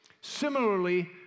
Similarly